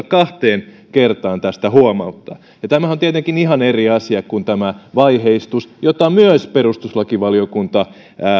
kahteen kertaa tästä huomauttaa ja tämähän on tietenkin ihan eri asia kuin tämä vaiheistus jota myös perustuslakivaliokunta